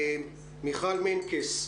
מיכל מנקס,